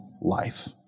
life